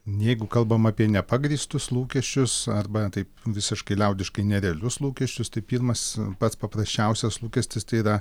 jeigu kalbam apie nepagrįstus lūkesčius arba taip visiškai liaudiškai nerealius lūkesčius tai pirmas pats paprasčiausias lūkestis tai yra